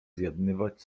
zjednywać